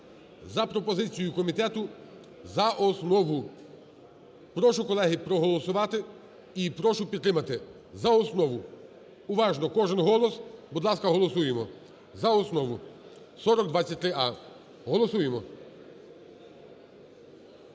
за пропозицією комітету за основу. Прошу, колеги, проголосувати і прошу підтримати за основу. Уважно кожен голос, будь ласка, голосуємо за основу 4023а, голосуємо.